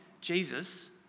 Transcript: Jesus